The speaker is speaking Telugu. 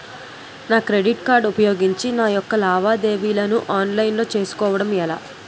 నా క్రెడిట్ కార్డ్ ఉపయోగించి నా యెక్క లావాదేవీలను ఆన్లైన్ లో చేసుకోవడం ఎలా?